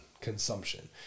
consumption